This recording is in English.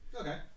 Okay